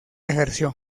ejerció